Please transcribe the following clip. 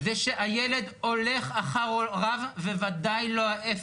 זה שהילד הולך אחר הוריו ובוודאי לא ההפך.